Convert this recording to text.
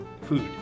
food